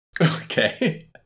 Okay